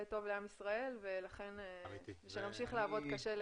טוב לעם ישראל ושנמשיך לעבוד קשה למענם.